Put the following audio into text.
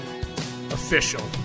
official